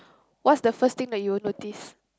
what's the first thing that you will notice